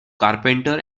carpenter